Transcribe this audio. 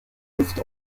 luft